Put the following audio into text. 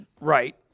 Right